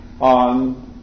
on